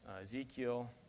Ezekiel